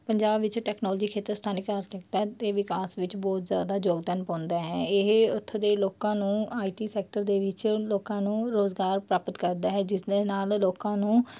ਪੰਜਾਬ ਵਿੱਚ ਟੈਕਨੋਲੋਜੀ ਖੇਤਰ ਦੇ ਵਿਕਾਸ ਵਿੱਚ ਬਹੁਤ ਜਿਆਦਾਂ ਯੋਗਦਾਨ ਪਾਉਂਦਾ ਹੈ ਇਹ ਉਥੋਂ ਦੇ ਲੋਕਾਂ ਨੂੰ ਆਈਟੀ ਸੈਕਟਰ ਦੇ ਵਿੱਚ ਲੋਕਾਂ ਨੂੰ ਰੁਜ਼ਗਾਰ ਪ੍ਰਾਪਤ ਕਰਦਾ ਹੈ ਜਿਸ ਦੇ ਨਾਲ ਲੋਕਾਂ ਨੂੰ